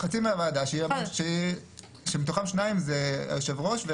חצי מהוועדה שמתוכם שניים זה היושב-ראש,